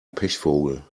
pechvogel